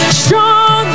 stronger